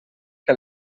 que